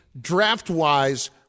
draft-wise